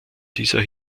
dieser